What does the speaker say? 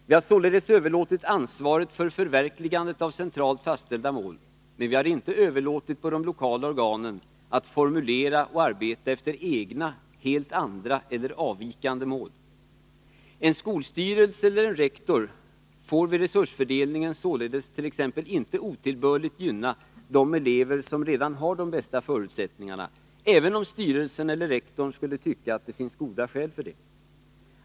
Vi har således överlåtit ansvaret för förverkligandet av centralt fastställda mål, men vi har inte överlåtit på de lokala organen att formulera och arbeta efter egna, helt andra eller avvikande mål. En skolstyrelse eller en rektor får vid resursfördelningen t.ex. inte otillbörligt gynna de elever som redan har de bästa förutsättningarna, även om styrelsen eller rektorn skulle tycka att det fanns goda skäl för det.